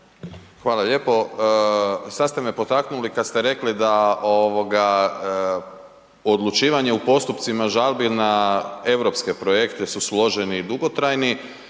Hvala lijepo. Sada ste me potaknuli kada ste rekli da odlučivanje u postupcima žalbi na europske projekte su složeni i dugotrajni.